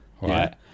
right